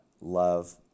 love